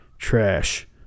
trash